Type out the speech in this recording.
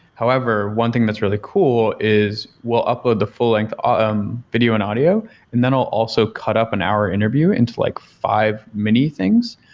however, one thing that's really cool is we'll upload the full-length ah um video and audio and then we'll also cut up an hour interview into like five mini things.